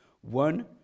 one